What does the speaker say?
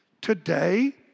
Today